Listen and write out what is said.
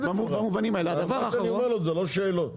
אבל אלה לא שאלות.